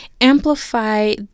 amplify